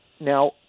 Now